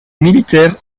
militaire